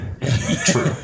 True